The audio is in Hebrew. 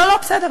לא, את בסדר.